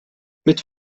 mit